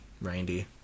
reindeer